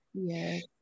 Yes